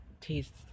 taste